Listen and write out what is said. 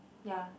ya